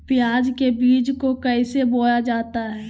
प्याज के बीज को कैसे बोया जाता है?